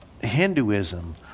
Hinduism